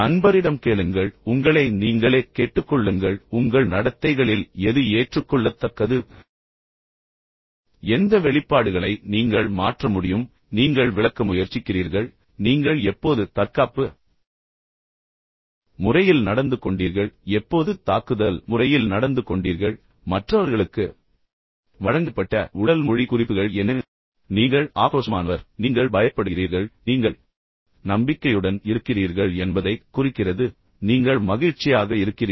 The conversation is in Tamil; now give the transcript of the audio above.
நண்பரிடம் கேளுங்கள் உங்களை நீங்களே கேட்டுக்கொள்ளுங்கள் உங்கள் நடத்தைகளில் எது ஏற்றுக்கொள்ளத்தக்கது எந்த வெளிப்பாடுகளை நீங்கள் மாற்ற முடியும் நீங்கள் விளக்க முயற்சிக்கிறீர்கள் நீங்கள் எப்போது தற்காப்பு முறையில் நடந்து கொண்டீர்கள் எப்போது தாக்குதல் முறையில் நடந்து கொண்டீர்கள் மற்றவர்களுக்கு வழங்கப்பட்ட உடல் மொழி குறிப்புகள் என்ன நீங்கள் ஆக்ரோஷமானவர் என்பதைக் குறிக்கிறது நீங்கள் பயப்படுகிறீர்கள் நீங்கள் நம்பிக்கையுடன் இருக்கிறீர்கள் என்பதைக் குறிக்கிறது நீங்கள் மகிழ்ச்சியாக இருக்கிறீர்கள்